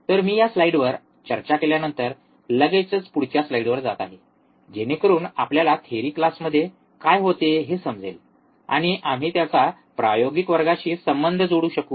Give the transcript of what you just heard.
तर मी या स्लाइडवर चर्चा केल्यानंतर लगेचच पुढच्या स्लाइडवर जात आहे जेणेकरून आपल्याला थेरी क्लासमध्ये काय होते हे समजेल आणि आम्ही त्याचा प्रायोगिक वर्गाशी संबंध जोडू शकू